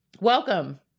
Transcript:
welcome